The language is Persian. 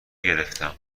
گرفتم